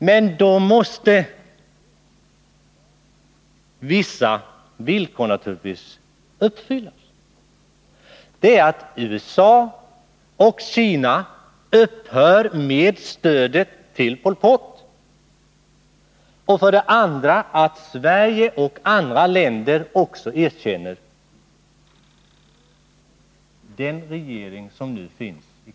Men då måste naturligtvis vissa villkor uppfyllas. För det första måste USA och Kina upphöra med stödet till Pol Pot. För det andra måste Sverige och andra länder erkänna den regering som nu finns i Kampuchea.